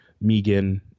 megan